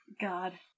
God